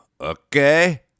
Okay